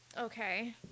okay